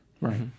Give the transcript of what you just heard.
Right